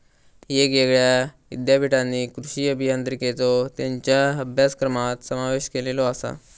येगयेगळ्या ईद्यापीठांनी कृषी अभियांत्रिकेचो त्येंच्या अभ्यासक्रमात समावेश केलेलो आसा